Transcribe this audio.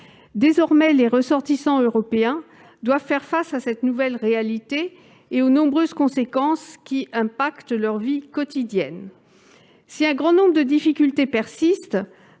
Désormais, les ressortissants européens doivent faire face à cette nouvelle réalité et à ses nombreuses conséquences pour leur vie quotidienne. Si un grand nombre de difficultés persistent,